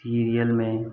serial में